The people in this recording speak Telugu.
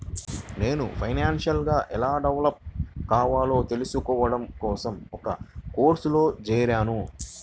నేను ఫైనాన్షియల్ గా ఎలా డెవలప్ కావాలో తెల్సుకోడం కోసం ఒక కోర్సులో జేరాను